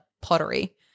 pottery